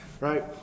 right